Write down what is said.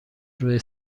روی